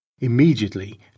Immediately